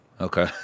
Okay